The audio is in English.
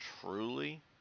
truly